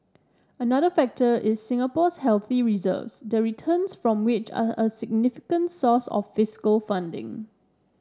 another factor is Singapore's healthy reserves the returns from which are a significant source of fiscal funding